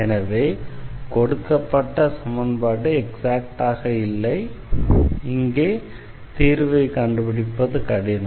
எனவே கொடுக்கப்பட்ட சமன்பாடு எக்ஸாக்டாக இல்லை எனவே இங்கே தீர்வைக் கண்டுபிடிப்பது கடினம்